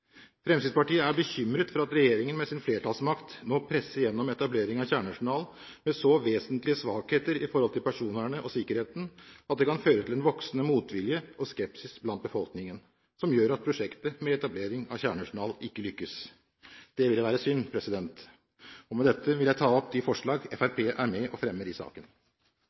Fremskrittspartiet er bekymret for at regjeringen med sin flertallsmakt nå presser gjennom etableringen av kjernejournal med så vesentlige svakheter i forhold til personvernet og sikkerheten at det kan føre til en voksende motvilje og skepsis blant befolkningen, som gjør at prosjektet med etablering av kjernejournal ikke lykkes. Det ville være synd. Med dette vil jeg ta opp de forslagene som Fremskrittspartiet er med på å fremme i saken.